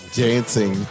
dancing